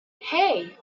hey